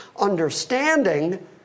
understanding